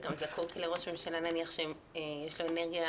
זה גם זקוק לראש ממשלה נניח שיש לו אנרגיה